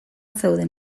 zeuden